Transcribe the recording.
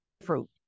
fruit